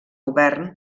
govern